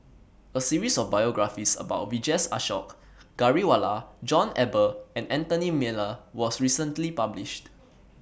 A series of biographies about Vijesh Ashok Ghariwala John Eber and Anthony Miller was recently published